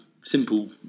simple